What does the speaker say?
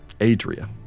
Adria